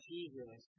Jesus